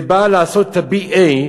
ובאה לעשות BA,